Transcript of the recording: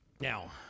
Now